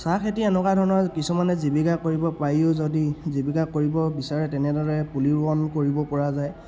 চাহখেতি এনেকুৱা ধৰণৰ কিছুমানে জীৱিকা কৰিব পাৰিও যদি জীৱিকা কৰিব বিচাৰে তেনেদৰে পুলি ৰোপণ কৰিব পৰা যায়